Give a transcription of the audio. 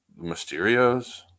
mysterios